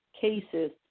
cases